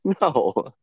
No